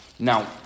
Now